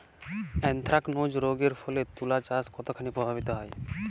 Anthracnose রোগ এর ফলে তুলাচাষ কতখানি প্রভাবিত হয়?